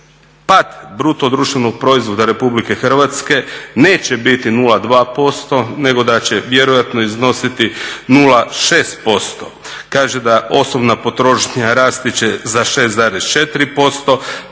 da ove godine pad BDP-a Republike Hrvatske neće biti 0,2% nego da će vjerojatno iznositi 0,6%. Kaže da osobna potrošnja rasti će za 6,4%,